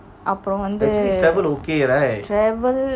அப்புறம் வந்து:apram vanthu travel